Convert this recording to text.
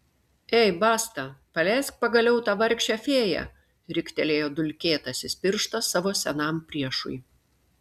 ei basta paleisk pagaliau tą vargšę fėją riktelėjo dulkėtasis pirštas savo senam priešui